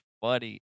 funny